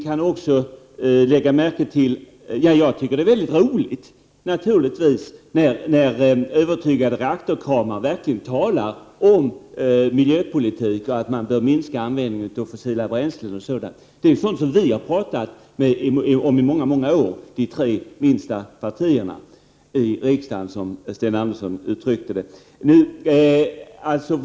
Jag tycker naturligtvis att det är väldigt roligt när övertygade reaktorkramare verkligen talar om miljöpolitik och säger att man bör minska användningen av fossila bränslen. Det är ju sådant som vi — de tre minsta partierna i riksdagen, som Sten Andersson i Malmö uttryckte det — har pratat om i många, många år.